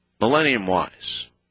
millennium-wise